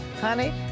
honey